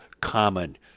common